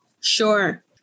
Sure